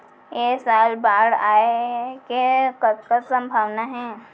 ऐ साल बाढ़ आय के कतका संभावना हे?